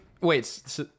Wait